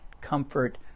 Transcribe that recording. Comfort